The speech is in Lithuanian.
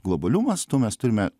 globaliu mastu mes turime